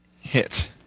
hit